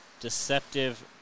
deceptive